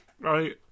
Right